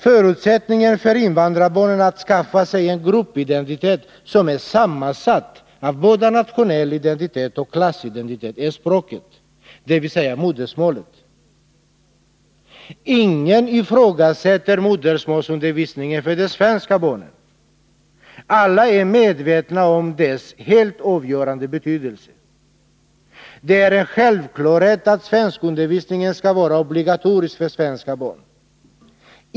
Förutsättningen för invandrarbarnen att skaffa sig en gruppidentitet som är sammansatt av både nationell identitet och klassidentitet är språket, dvs. modersmålet. Ingen ifrågasätter modersmålsundervisningen för de svenska barnen. Alla är medvetna om dess helt avgörande betydelse. Det är en självklarhet att svenskundervisningen skall vara obligatorisk för svenska barn.